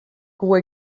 koe